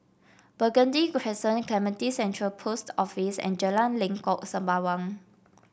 Burgundy Crescent Clementi Central Post Office and Jalan Lengkok Sembawang